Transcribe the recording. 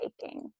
taking